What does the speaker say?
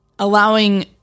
allowing